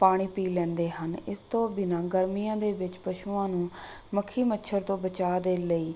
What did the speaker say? ਪਾਣੀ ਪੀ ਲੈਂਦੇ ਹਨ ਇਸ ਤੋਂ ਬਿਨਾਂ ਗਰਮੀਆਂ ਦੇ ਵਿੱਚ ਪਸ਼ੂਆਂ ਨੂੰ ਮੱਖੀ ਮੱਛਰ ਤੋਂ ਬਚਾਅ ਦੇ ਲਈ